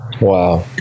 Wow